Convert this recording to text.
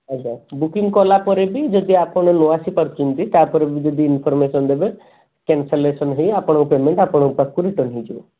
ଆଜ୍ଞା ବୁକିଂ କଲାପରେ ବି ଯଦି ଆପଣ ନଆସିପାରୁଛନ୍ତି ତା ପରେ ବି ଯଦି ଇନ୍ଫର୍ମେସନ୍ ଦେବେ କ୍ୟାନସଲେନେସନ୍ ହେଇ ଆପଣଙ୍କ ପେମେଣ୍ଟ ଆପଣଙ୍କ ପାଖକୁ ରିଟର୍ନ୍ ହେଇଯିବ